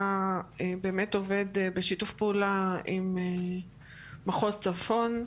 באמת עובד בשיתוף פעולה עם מחוז צפון,